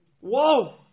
Whoa